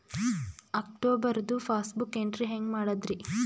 ಅಕ್ಟೋಬರ್ದು passbook entry ಹೆಂಗ್ ಮಾಡದ್ರಿ?